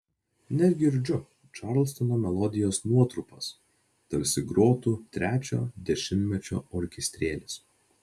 net girdžiu čarlstono melodijos nuotrupas tarsi grotų trečio dešimtmečio orkestrėlis